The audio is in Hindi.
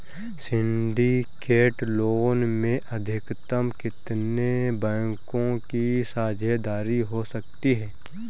सिंडिकेट लोन में अधिकतम कितने बैंकों की साझेदारी हो सकती है?